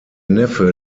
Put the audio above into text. neffe